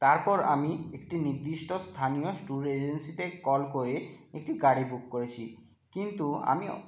তারপর আমি একটি নির্দিষ্ট স্থানীয় ট্যুর এজেন্সিতে কল করে একটি গাড়ি বুক করেছি কিন্তু আমি